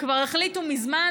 כבר החליטו מזמן,